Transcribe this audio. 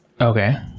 Okay